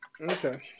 Okay